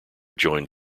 joined